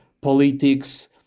politics